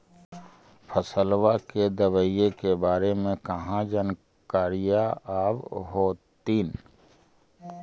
फसलबा के दबायें के बारे मे कहा जानकारीया आब होतीन?